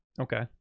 Okay